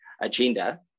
agenda